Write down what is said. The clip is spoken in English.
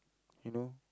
you know